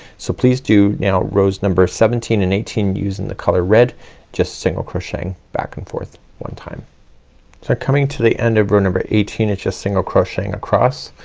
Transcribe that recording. so, please do now rows number seventeen and eighteen using the color red just single crocheting back and forth one time. so i'm coming to the end of row number eighteen. it's just single crocheting across.